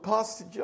Pastor